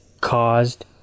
caused